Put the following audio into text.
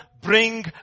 bring